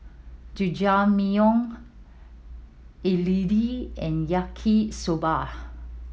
Jajangmyeon Idili and Yaki Soba